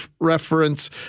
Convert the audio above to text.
reference